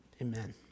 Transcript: amen